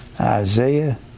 Isaiah